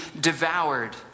devoured